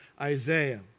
Isaiah